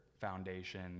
Foundation